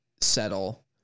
settle